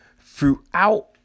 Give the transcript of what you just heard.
throughout